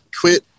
quit